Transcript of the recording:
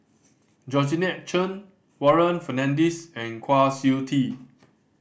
Georgette Chen Warren Fernandez and Kwa Siew Tee